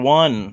one